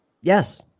Yes